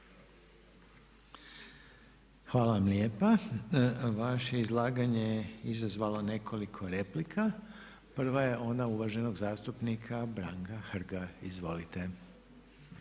Hvala lijepo. I vaše izlaganje izazvalo je nekoliko replika. Prva je ona uvaženog zastupnika Andrije Mikulića. Izvolite.